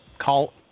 call